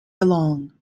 along